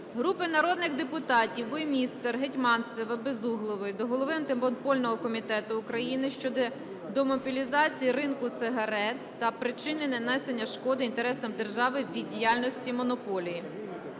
Групи народних депутатів (Буймістер, Гетманцева, Безуглої) до голови Антимонопольного комітету України щодо демонополізації ринку сигарет та причини нанесення шкоди інтересам держави від діяльності монополії.